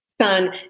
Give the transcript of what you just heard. son